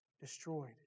destroyed